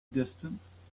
distance